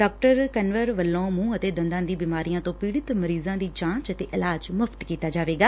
ਡਾ ਸ਼ੈਲਾ ਕਨਵਰ ਵੱਲੋ ਂਮੁੰਹ ਅਤੇ ਦੰਦਾਂ ਦੀਆਂ ਬੀਮਾਰੀਆਂ ਤੋਂ ਪੀੜਤ ਮਰੀਜਾਂ ਦੀ ਜਾਂਚ ਅਤੇ ਇਲਾਜ ਮੁਫ਼ਤ ਕੀਤਾ ਜਾਵੇਗਾ